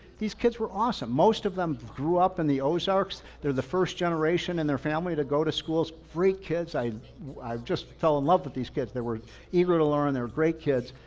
these kids were awesome. most of them grew up in the ozarks. they're the first generation in their family to go to schools, free kids. i just fell in love with these kids, they were eager to learn. they're great kids.